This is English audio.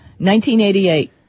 1988